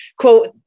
quote